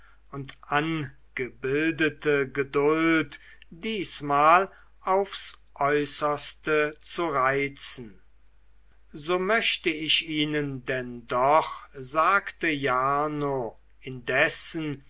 und angebildete geduld diesmal aufs äußerste zu reizen so möchte ich ihnen denn doch sagte jarno indessen